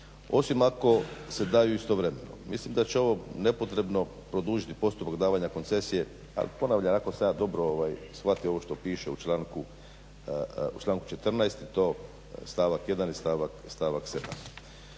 osim ako se daju istovremeno. Mislim da će ovo nepotrebno produžiti postupak davanja koncesije, al ponavljam ako sam ja dobro shvatio ovo što piše u članku 14., i to stavak 1. i stavak 7.